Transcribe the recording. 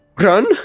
run